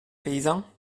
paysan